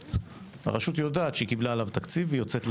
פרויקט והרשות יודעת שהיא קיבלה עליו תקציב והיא יוצאת לדרך.